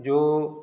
जो